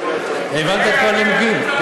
הבנת את כל הנימוקים?